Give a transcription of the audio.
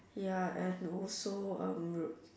ya and also um